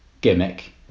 gimmick